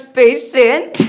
patient